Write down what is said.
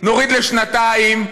נוריד לשנתיים.